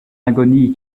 agonie